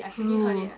no